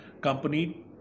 company